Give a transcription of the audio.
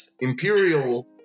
Imperial